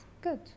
Good